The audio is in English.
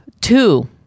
two